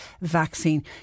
vaccine